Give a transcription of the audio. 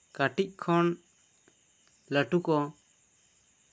ᱠᱟᱹᱴᱤᱡ ᱠᱷᱚᱱ ᱞᱟᱹᱴᱩ ᱠᱚ